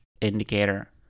indicator